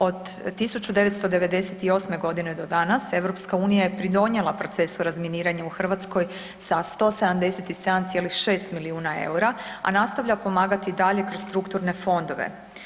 Od 1998. godine do danas EU je pridonijela procesu razminiranja u Hrvatskoj sa 177,6 milijuna eura, a nastavlja pomagati dalje kroz strukturne fondove.